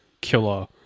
killer